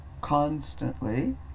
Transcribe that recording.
constantly